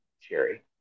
cherry